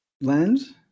lens